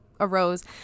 arose